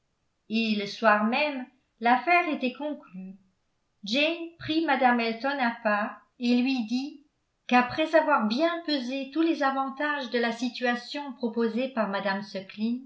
et le soir même l'affaire était conclue jane prit mme elton à part et lui dit qu'après avoir bien pesé tous les avantages de la situation proposée par mme sukling